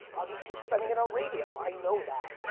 i'll just keep spending it on radio, i know that.